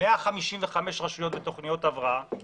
155 רשויות בתוכניות הבראה,